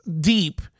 deep